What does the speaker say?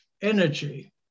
energy